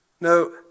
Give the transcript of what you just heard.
No